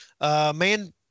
Man